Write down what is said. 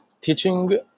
teaching